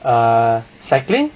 err cycling